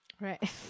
Right